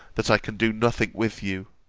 that i can do nothing with you.